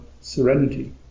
serenity